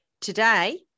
Today